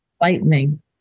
lightning